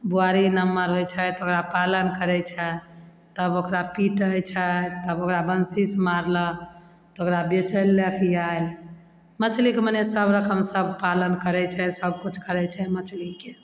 बोआरी नमहर होइ छै तऽ ओकरा पालन करय छै तब ओकरा पीटय छै तब ओकरा बंसीसँ मारलक तऽ ओकरा बेचय लऽ लए कऽ आयल मछलीके मने सब सब पालन करय छै सबकिछु करय छै मछलीके